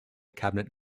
cabinet